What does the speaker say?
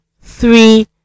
three